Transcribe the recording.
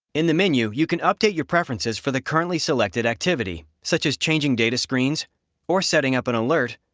in the menu, you can update your preferences for the currently selected activity, such as changing data screens or setting up an alert,